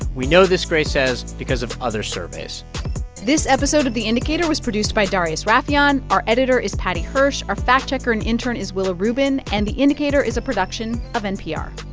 we know this, gray says, because of other surveys this episode of the indicator was produced by darius rafieyan. our editor is paddy hirsch. our fact-checker and intern is willa rubin. and the indicator is a production of npr